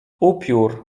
upiór